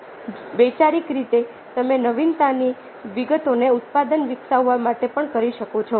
વૈચારિક રીતે તમે નવીનતાની વિગતોને ઉત્પાદન વિકસાવવા માટે પણ કરી શકો છો